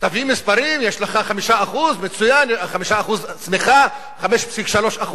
תביא מספרים, יש לך 5%, מצוין, 5% צמיחה, 5.3%